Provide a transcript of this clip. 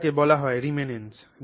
এটাকে বলা হয় রেমানেন্স